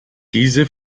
diese